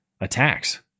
attacks